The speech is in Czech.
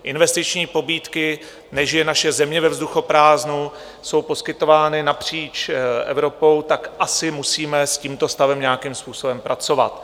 Investiční pobídky nežije naše země ve vzduchoprázdnu jsou poskytovány napříč Evropou, tak asi musíme s tímto stavem nějakým způsobem pracovat.